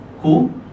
Cool